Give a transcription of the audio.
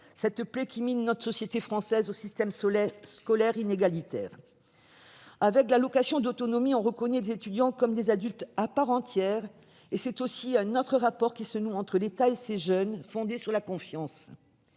cette plaie qui mine notre société française au système scolaire inégalitaire. Avec l'allocation d'autonomie, on reconnaît les étudiants comme des adultes à part entière. C'est aussi un autre rapport qui se noue entre l'État et ces jeunes, un rapport fondé sur la confiance.